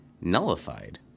nullified